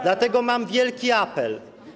Dlatego mam wielki apel.